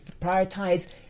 prioritize